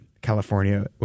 California